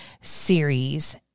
series